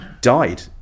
died